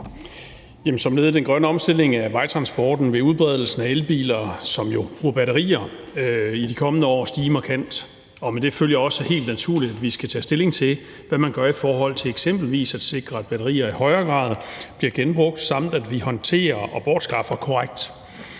Som led i den grønne omstilling af vejtransporten vil udbredelsen af elbiler, som jo bruger batterier, i de kommende år stige markant. Og med det følger også helt naturligt, at vi skal tage stilling til, hvad man gør i forhold til eksempelvis at sikre, at batterier i højere grad bliver genbrugt samt håndteret og bortskaffet korrekt